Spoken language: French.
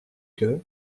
que